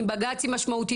עם בג"צים משמעותיים,